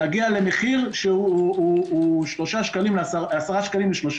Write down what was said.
להגיע למחיר שהוא 10 שקלים ל-3